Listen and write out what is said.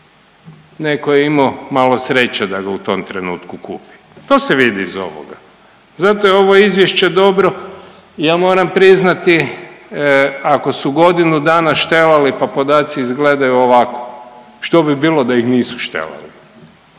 Netko je imao malo sreće da ga u tom trenutku kupi. To se vidi iz ovoga. Zato je ovo izvješće dobro, ja moram priznati ako su godinu dana štelali pa podaci izgledaju ovako što bi bilo da ih nisu štelali,